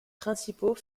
principaux